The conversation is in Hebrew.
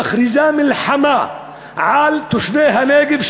מכריזה מלחמה על תושבי הנגב,